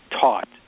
taught